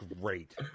great